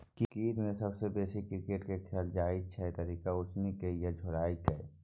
कीड़ा मे सबसँ बेसी क्रिकेट केँ खाएल जाइ छै तरिकेँ, उसनि केँ या झोराए कय